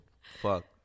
Fuck